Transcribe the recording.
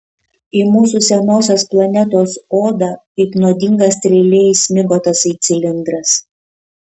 į mūsų senosios planetos odą kaip nuodinga strėlė įsmigo tasai cilindras